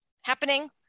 happening